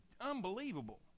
unbelievable